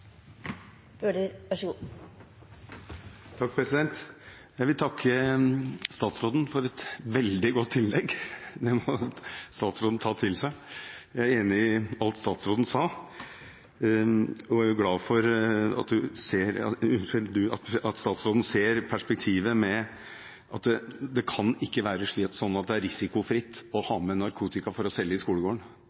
Jeg vil takke statsråden for et veldig godt innlegg. Det må statsråden ta til seg! Jeg er enig i alt statsråden sa, og er glad for at han ser perspektivet med at det ikke kan være risikofritt å selge narkotika i skolegården. Det sies til meg at i skolegården er det tryggere å selge enn ute på gata, fordi det er mindre risiko for å